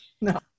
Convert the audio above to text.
No